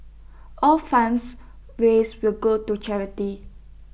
all funds raised will go to charity